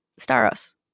Staros